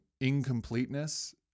incompleteness